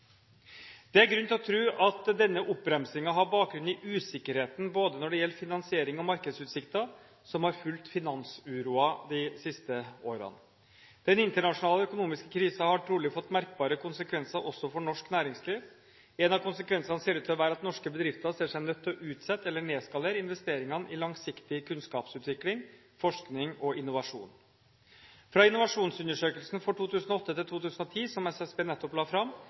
Det er grunn til å tro at denne oppbremsingen har bakgrunn i usikkerheten når det gjelder både finansiering og markedsutsikter, som har fulgt finansuroen de siste årene. Den internasjonale økonomiske krisen har trolig fått merkbare konsekvenser også for norsk næringsliv. En av konsekvensene ser ut til å være at norske bedrifter ser seg nødt til å utsette eller nedskalere investeringene i langsiktig kunnskapsutvikling, forskning og innovasjon. Fra innovasjonsundersøkelsen for 2008–2010 som SSB nettopp la fram,